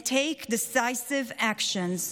and take decisive actions.